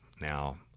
Now